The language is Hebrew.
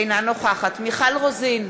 אינה נוכחת מיכל רוזין,